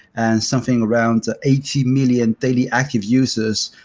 and something around ah eighty million daily active users.